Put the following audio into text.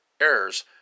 errors